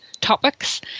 topics